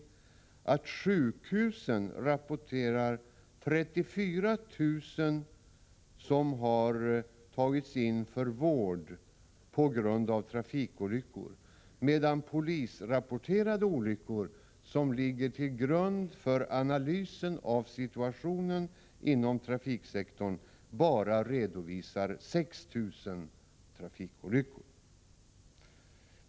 Enligt dessa uppgifter rapporterar sjukhusen att 34 000 personer har tagits in för vård på grund av trafikolyckor, medan polisrapporterade olyckor — som ligger till grund för analysen av situationen inom trafiksektorn — bara redovisar 6 000 trafikolyckor.